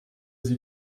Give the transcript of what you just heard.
sie